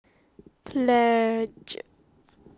pledge